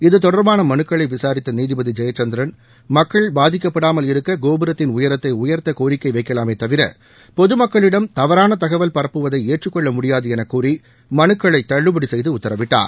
இது தொடர்பான மனுக்களை விசாரித்த நீதிபதி ஜெயசந்திரன் மக்கள் பாதிக்கப்படாமல் இருக்க கோபுரத்தின் உயரத்தை உயர்த்த கோரிக்கை வைக்கலாமே தவிர பொதுமக்களிடம் தவறான தகவல் பரப்புவதை ஏற்றுக்கொள்ள முடியாது என கூறி மனுக்களை தள்ளுபடி செய்து உத்தரவிட்டார்